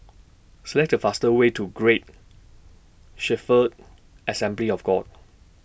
Select The fastest Way to Great Shepherd Assembly of God